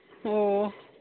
ꯑꯣ